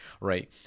right